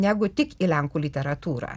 negu tik į lenkų literatūrą